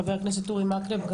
חבר הכנסת אורי מקלב,